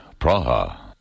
Praha